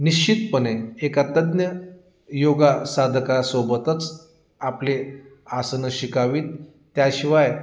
निश्चितपणे एका तज्ज्ञ योगा साधकासोबतच आपले आसनं शिकावीत त्याशिवाय